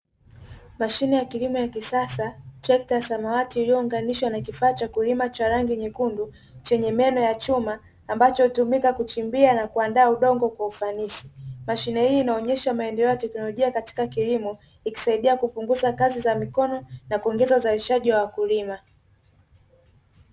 Mashine ya kilimo ya kisasa, trekta samawati iliyounganishwa na kifaa cha kulima cha rangi nyekundu, chenye meno ya chuma ambacho hutumika kuchimbia na kuandaa udongo kwa ufanisi, mashine hii inaonesha maendeleo ya kiteknolojia katika kilimo, ikisaidia kupunguza kazi za mikono na kuongeza uzalishaji wa wakulima.